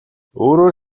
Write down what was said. өөрөөр